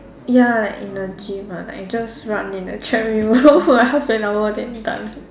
ya like in the gym ah like just run in the treadmill like half an hour then done